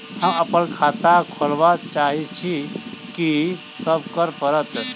हम अप्पन खाता खोलब चाहै छी की सब करऽ पड़त?